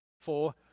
four